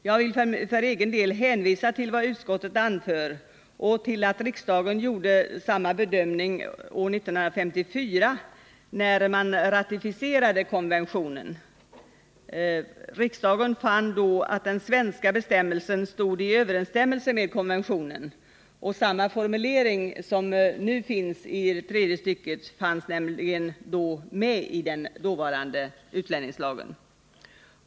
Jag vill för egen del hänvisa till vad utskottet anför och till att riksdagen gjorde samma bedömning år 1954 när man ratificerade konventionen. Riksdagen fann då att den svenska bestämmelsen stod i överensstämmelse med konventionen. Samma formulering som nu finns i tredje stycket av paragrafen fanns nämligen med i den dåvarande utlänningslagen.